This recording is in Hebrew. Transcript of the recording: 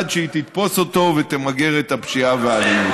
עד שהיא תתפוס אותו ותמגר את הפשיעה והאלימות.